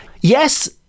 Yes